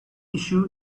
issue